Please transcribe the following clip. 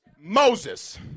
Moses